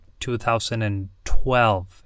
2012